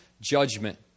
judgment